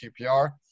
qpr